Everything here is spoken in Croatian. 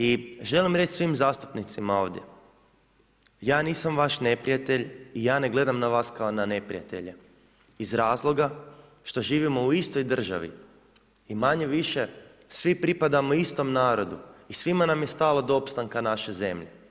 I želim reći svim zastupnicima ovdje, ja nisam vaš neprijatelj i ja ne gledam na vas kao na neprijatelje iz razloga što živimo u istoj državi i manje-više svi pripadamo istom narodu i svima nam je stalo do opstanka naše zemlje.